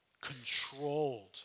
controlled